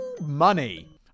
money